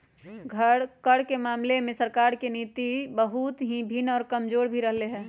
कर के मामले में सरकार के नीति बहुत ही भिन्न और कमजोर भी रहले है